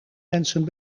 mensen